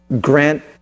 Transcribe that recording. grant